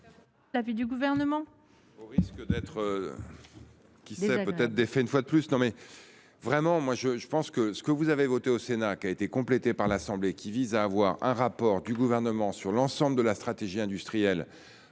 l’avis du Gouvernement ?